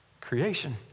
Creation